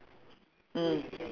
mm